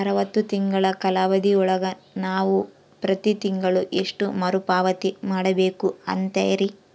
ಅರವತ್ತು ತಿಂಗಳ ಕಾಲಾವಧಿ ಒಳಗ ನಾವು ಪ್ರತಿ ತಿಂಗಳು ಎಷ್ಟು ಮರುಪಾವತಿ ಮಾಡಬೇಕು ಅಂತೇರಿ?